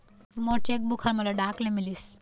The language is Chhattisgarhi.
मोर चेक बुक ह मोला डाक ले मिलिस